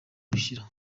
gushyira